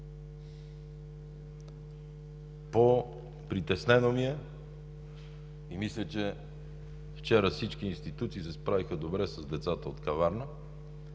По-притеснено ми е и мисля, че вчера всички институции се справиха добре с децата от Каварна,